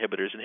inhibitors